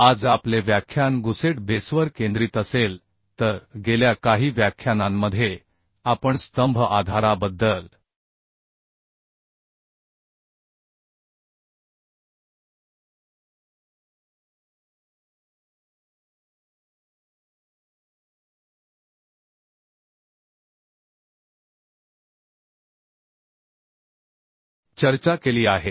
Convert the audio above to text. आज आपले व्याख्यान गुसेट बेसवर केंद्रित असेल तर गेल्या काही व्याख्यानांमध्ये आपण स्तंभ आधाराबद्दल चर्चा केली आहे